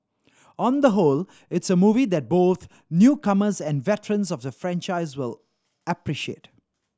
on the whole it's a movie that both newcomers and veterans of the franchise will appreciate